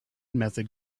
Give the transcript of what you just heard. method